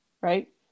right